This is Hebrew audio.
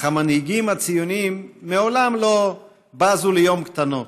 אך המנהיגים הציוניים מעולם לא בזו ליום קטנות.